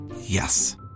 Yes